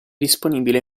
disponibile